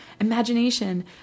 imagination